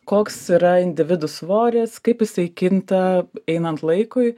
koks yra individų svoris kaip jisai kinta einant laikui